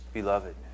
beloved